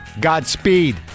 Godspeed